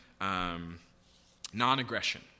non-aggression